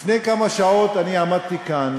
לפני כמה שעות עמדתי כאן,